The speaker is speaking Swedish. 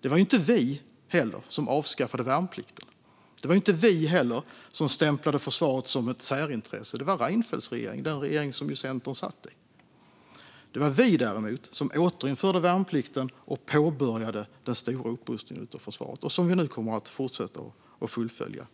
Det var inte vi som avskaffade värnplikten. Det var inte vi som stämplade försvaret som ett särintresse. Det var Reinfeldts regering, den regering som Centern satt i. Det var däremot vi som återinförde värnplikten och påbörjade den stora upprustningen av försvaret, som vi nu kommer att fortsätta att fullfölja.